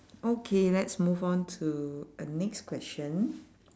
okay let's move on to a next question